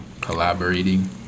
collaborating